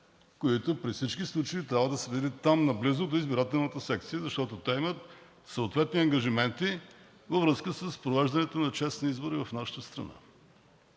които при всички случаи трябва да са били там наблизо до избирателната секция, защото те имат съответни ангажименти във връзка с провеждането на честни избори в нашата страна.